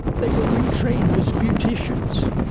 they were retrained as beauticians.